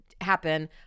happen